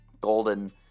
Golden